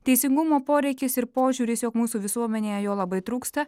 teisingumo poreikis ir požiūris jog mūsų visuomenėje jo labai trūksta